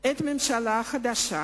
את הממשלה החדשה,